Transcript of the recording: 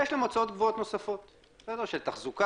יש להם הוצאות קבועות נוספות - של תחזוקה,